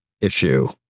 issue